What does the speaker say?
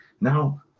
Now